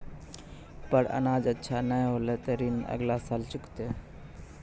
पर अनाज अच्छा नाय होलै तॅ ऋण अगला साल चुकैतै